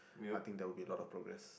I think there will be a lot of progress